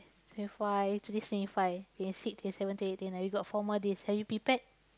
twenty five today's twenty five twenty six twenty seven twenty eight twenty nine we got four more days have you prepared